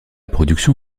production